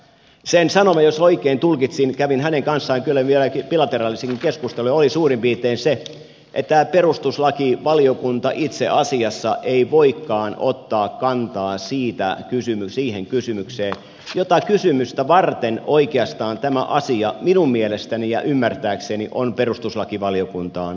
sen sanoma jos oikein tulkitsin kävin hänen kanssaan kyllä vielä bilateraalisen keskustelun oli suurin piirtein se että perustuslakivaliokunta itse asiassa ei voikaan ottaa kantaa siihen kysymykseen jota varten oikeastaan tämä asia minun mielestäni ja ymmärtääkseni on perustuslakivaliokuntaan lähetetty